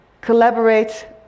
collaborate